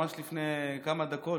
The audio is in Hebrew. ממש לפני כמה דקות,